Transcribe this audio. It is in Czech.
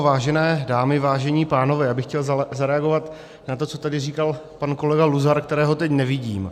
Vážené dámy a vážení pánové, já bych chtěl zareagovat na to, co tady říkal pan kolega Luzar, kterého teď nevidím.